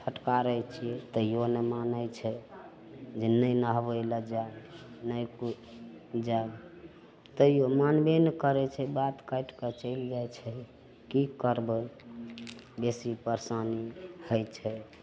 फटकारय छियै तैयो नहि मानय छै जे नहि नहबय लए जा नहि तू जा तैयो मानबे नहि करय छै बात काटि कऽ चलि जाइ छै की करबय बेसी परेशानी होइ छै